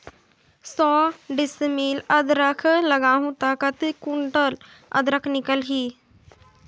सौ डिसमिल अदरक लगाहूं ता कतेक कुंटल अदरक निकल ही?